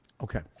Okay